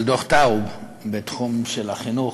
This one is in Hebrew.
על דוח טאוב בתחום החינוך.